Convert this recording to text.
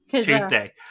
Tuesday